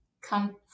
Come